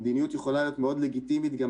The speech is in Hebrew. המדיניות יכולה להיות מאוד לגיטימית גם